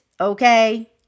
Okay